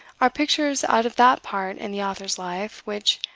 are pictures out of that part in the author's life which,